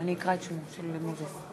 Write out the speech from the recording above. עמרם מצנע, אינו נוכח אורי מקלב,